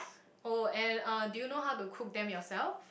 oh and uh do you know how to cook them yourself